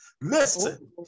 Listen